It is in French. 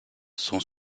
son